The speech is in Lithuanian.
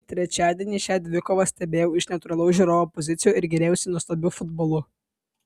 trečiadienį šią dvikovą stebėjau iš neutralaus žiūrovo pozicijų ir gėrėjausi nuostabiu futbolu